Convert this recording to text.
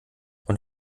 und